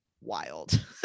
wild